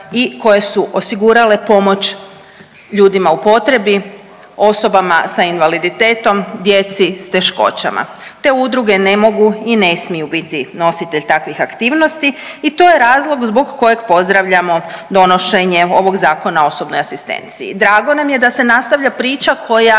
i koje su osigurale pomoć ljudima u potrebi, osobama s invaliditetom, djeci s teškoćama, te udruge ne mogu i ne smiju biti nositelj takvih aktivnosti i to je razlog zbog kojeg pozdravljamo donošenje ovog Zakona o osobnoj asistenciji. Drago nam je da se nastavlja priča koja